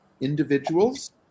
individuals